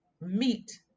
meat